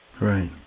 Right